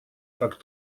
как